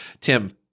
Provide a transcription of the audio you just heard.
Tim